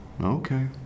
okay